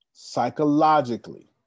Psychologically